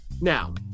Now